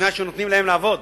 בתנאי שנותנים להן לעבוד.